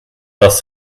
das